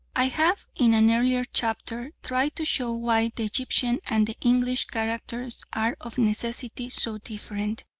i have in an earlier chapter tried to show why the egyptian and the english characters are of necessity so different,